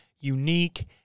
unique